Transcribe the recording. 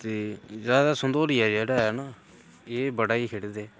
ते जैदा संतोलियां ऐ नां एह् बड़ा ई खेढदे